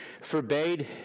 forbade